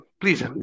please